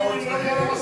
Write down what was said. ססמאות,